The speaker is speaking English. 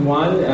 one